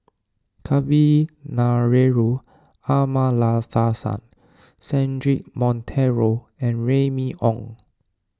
Kavignareru Amallathasan Cedric Monteiro and Remy Ong